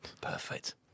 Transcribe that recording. Perfect